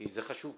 כי זה חשוב,